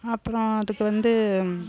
அப்புறோம் அதுக்கு வந்து